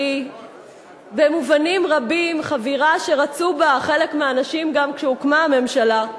שהיא במובנים רבים חבירה שרצו בה חלק מהאנשים גם כשהוקמה הממשלה,